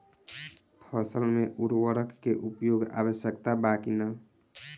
फसल में उर्वरक के उपयोग आवश्यक बा कि न?